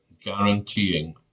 guaranteeing